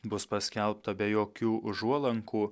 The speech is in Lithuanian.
bus paskelbta be jokių užuolankų